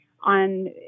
on